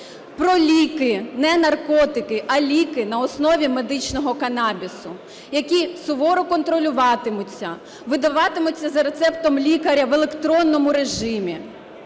про ліки, не наркотики, а ліки на основі медичного канабісу, які суворо контролюватимуться, видаватимуться за рецептом лікаря в електронному режимі.